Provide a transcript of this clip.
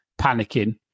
panicking